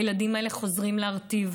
הילדים האלה חוזרים להרטיב,